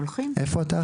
איפה אתה?